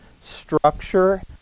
structure